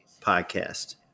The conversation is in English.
podcast